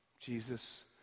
Jesus